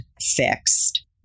fixed